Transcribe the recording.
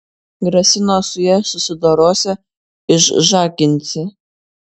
grasino su ja susidorosią išžaginsią